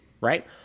Right